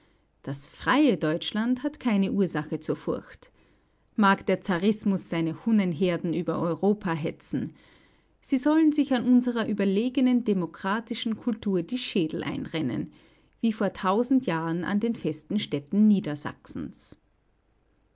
das freie deutschland hat keine ursache zur furcht mag der zarismus seine hunnenherden über europa hetzen sie sollen sich an unserer überlegenen demokratischen kultur die schädel einrennen wie vor tausend jahren an den festen städten niedersachsens